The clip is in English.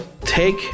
take